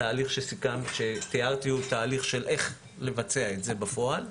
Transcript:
התהליך שתיארתי הוא תהליך של איך לבצע את זה בפועל,